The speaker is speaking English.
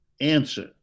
Answer